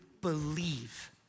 believe